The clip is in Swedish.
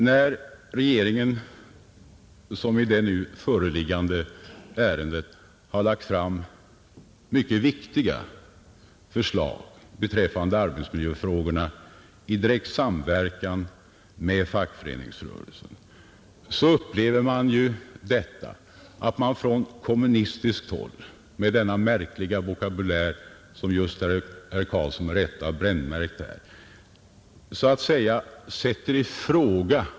När regeringen, som i det nu föreliggande ärendet, har lagt fram mycket viktiga förslag beträffande arbetsmiljöfrågorna i direkt samverkan med fackföreningsrörelsen får vi uppleva att man från kommunistiskt håll med denna märkliga vokabulär, som herr Karlsson i Huskvarna med rätta brännmärkt, ifrågasätter motiven.